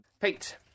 Pete